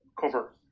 cover